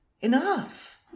Enough